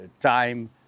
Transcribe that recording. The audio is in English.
time